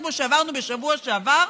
כמו שעברנו בשבוע שעבר,